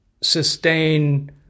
sustain